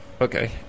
Okay